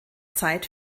zeit